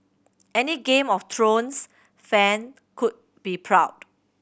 any Game of Thrones fan would be proud